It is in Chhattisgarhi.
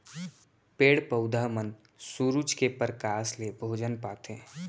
पेड़ पउधा मन सुरूज के परकास ले भोजन पाथें